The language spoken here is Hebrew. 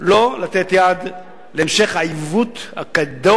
לא לתת יד להמשך העיוות הגדול,